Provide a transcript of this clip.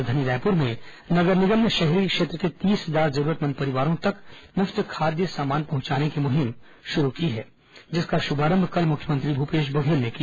राजधानी रायपुर में नगर निगम ने शहरी क्षेत्र के तीस हजार जरूरतमंद परिवारों तक मु फ्त खाद्य सामान पहुंचाने की मुहिम शुरू की है जिसका शुभारंभ कल मुख्यमंत्री भूपेश बघेल ने किया